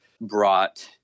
brought